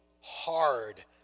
hard